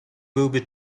byłby